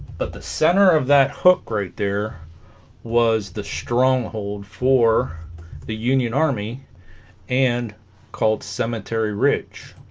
but the center of that hook right there was the stronghold for the union army and called cemetery ridge